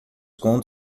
contam